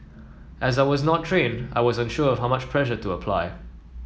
as I was not trained I was unsure of how much pressure to apply